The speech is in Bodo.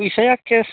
फैसाया केस